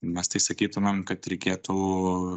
mes tai sakytumėm kad reikėtų